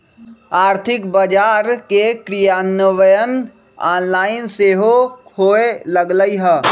आर्थिक बजार के क्रियान्वयन ऑनलाइन सेहो होय लगलइ ह